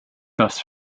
das